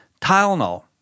Tylenol